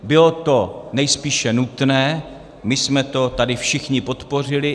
Bylo to nejspíše nutné, my jsme to tady všichni podpořili.